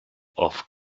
off